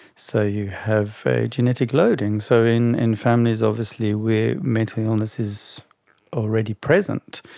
so you have a genetic loading. so in in families obviously where mental illness is already present,